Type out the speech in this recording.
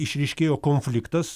išryškėjo konfliktas